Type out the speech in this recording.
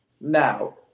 Now